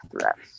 threats